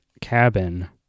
cabin